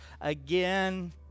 again